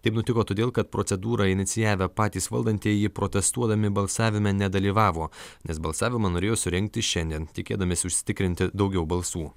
taip nutiko todėl kad procedūrą inicijavę patys valdantieji protestuodami balsavime nedalyvavo nes balsavimą norėjo surengti šiandien tikėdamiesi užsitikrinti daugiau balsų